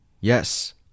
yes